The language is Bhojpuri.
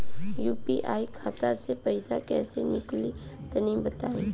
यू.पी.आई खाता से पइसा कइसे निकली तनि बताई?